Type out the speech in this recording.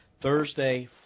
Thursday